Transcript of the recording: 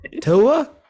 Tua